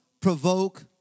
Provoke